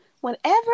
whenever